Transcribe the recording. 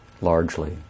largely